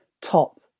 top